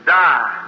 die